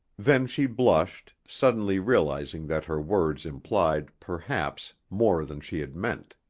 then she blushed, suddenly realizing that her words implied, perhaps, more than she had meant.